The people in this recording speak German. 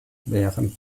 während